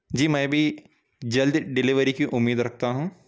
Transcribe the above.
جی میں بھی جلد ڈیلیوری کی امید رکھتا ہوں